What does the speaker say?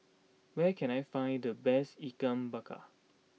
where can I find the best Ikan Bakar